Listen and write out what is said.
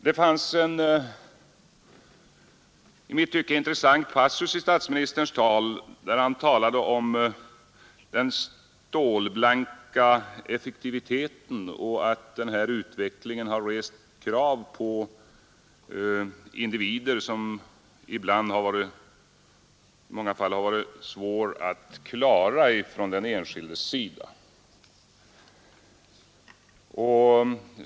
Det fanns en i mitt tycke intressant passus i statsministerns tal, då han talade om den stålblanka effektiviteten och att utvecklingen har rest krav på individerna som dessa i många fall haft svårt att uppfylla.